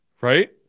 right